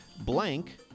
Blank